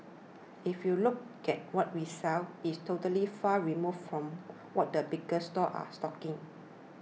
if you look at what we sell it's totally far removed from what the bigger stores are stocking